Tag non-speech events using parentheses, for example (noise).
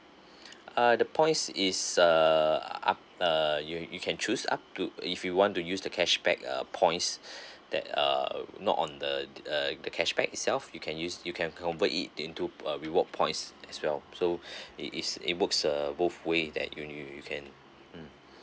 (breath) uh the points is uh up uh you you can choose up to if you want to use the cashback uh points (breath) that uh uh not on the err the cashback itself you can use you can convert it into a reward points as well so (breath) it is it works uh both ways that you you you you can mm